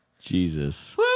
Jesus